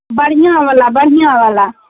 बढ़िआँवला बढ़िआँवला